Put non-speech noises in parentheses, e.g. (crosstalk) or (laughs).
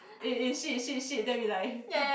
eh eh shit shit shit then we like (laughs)